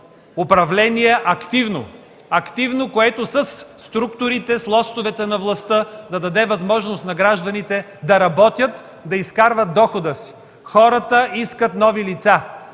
от едно активно управление, което със структурите, с лостовете на властта да даде възможност на гражданите да работят, да изкарват дохода си. Хората искат нови лица.